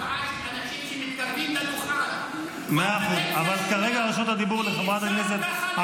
יש תופעה של אנשים שמתקרבים לדוכן כבר קדנציה שלמה.